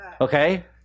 Okay